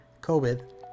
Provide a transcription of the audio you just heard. COVID